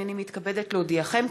הנני מתכבדת להודיעכם,